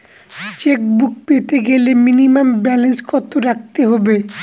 Chequebook পেতে গেলে minimum balance কত রাখতে হবে?